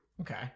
Okay